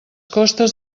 costes